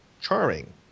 charming